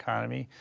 economy.